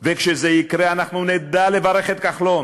וכשזה יקרה אנחנו נדע לברך את כחלון